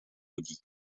hodí